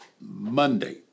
Monday